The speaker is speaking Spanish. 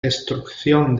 destrucción